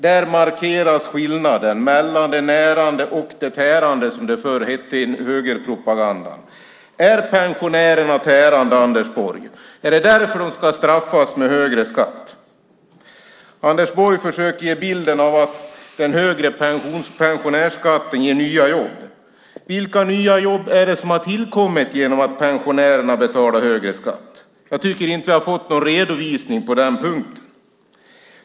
Där markeras skillnaden mellan de närande och de tärande, som det förr hette i högerpropagandan. Är pensionärerna tärande, Anders Borg? Är det därför de ska straffas med högre skatt? Anders Borg försöker ge bilden av att den högre pensionärsskatten ger nya jobb. Vilka nya jobb är det som har tillkommit genom att pensionärerna betalar högre skatt? Jag tycker inte att jag har fått någon redovisning på den punkten.